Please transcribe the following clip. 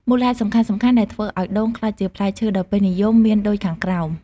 មូលហេតុសំខាន់ៗដែលធ្វើឲ្យដូងក្លាយជាផ្លែឈើដ៏ពេញនិយមមានដូចខាងក្រោម